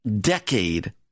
decade